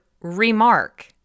remark